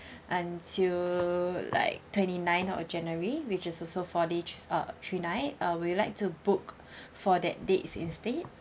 until like twenty ninth of january which is also four day ch~ uh three night uh would you like to book for that dates instead